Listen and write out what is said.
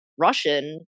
Russian